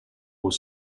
were